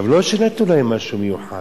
לא שנתנו להם משהו מיוחד.